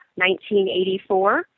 1984